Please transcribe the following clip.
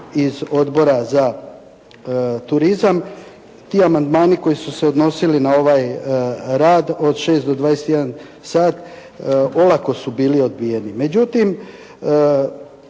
iz Odbora za turizam. Ti amandmani koji su se odnosili na ovaj rad od 6,00 do 21,00 sat olako su bili odbijeni.